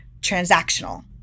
transactional